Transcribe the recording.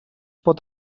pot